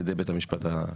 על ידי בית המשפט העליון